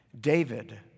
David